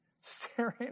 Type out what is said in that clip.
staring